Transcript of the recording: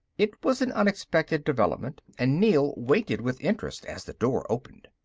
it was an unexpected development and neel waited with interest as the door opened.